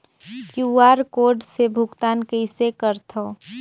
QR code से भुगतान कइसे करथव?